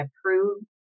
approved